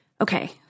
Okay